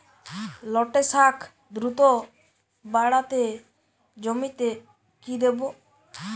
লটে শাখ দ্রুত বাড়াতে জমিতে কি দেবো?